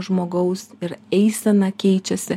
žmogaus ir eisena keičiasi